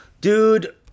dude